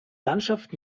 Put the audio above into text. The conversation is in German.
landschaft